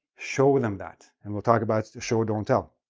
show them that, and we'll talk about show, don't tell.